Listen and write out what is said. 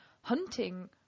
hunting